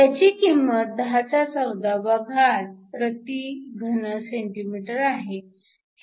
त्याची किंमत 1014 cm 3 आहे